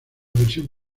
versión